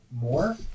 more